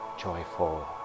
joyful